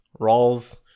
Rawls